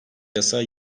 yasa